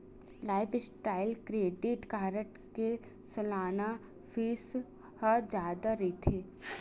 lifestyle credit card के सलाना fees ह जादा रहिथे